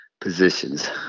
positions